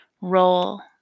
Roll